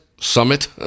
Summit